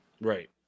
right